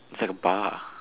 is like a bar